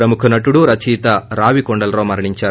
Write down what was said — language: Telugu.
ప్రముఖ నటుడు రచయిత రావి కొండలరావు మరణిందారు